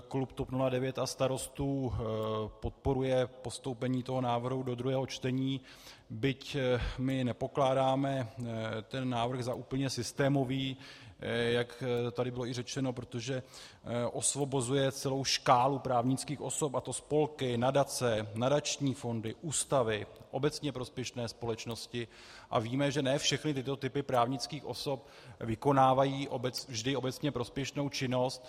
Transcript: Klub TOP 09 a Starostů podporuje postoupení toho návrhu do druhého čtení, byť my nepokládáme ten návrh za úplně systémový, jak tady bylo i řečeno, protože osvobozuje celou škálu právnických osob, a to spolky, nadace, nadační fondy, ústavy, obecně prospěšné společnosti, a víme, že ne všechny typy právnických osob vykonávají vždy obecně prospěšnou činnost.